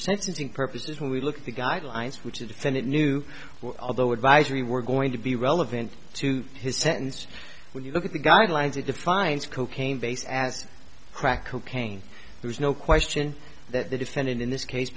sentencing purposes when we look at the guidelines which a defendant knew although advisory we're going to be relevant to his sentence when you look at the guidelines it defines cocaine base as crack cocaine there's no question that the defendant in this case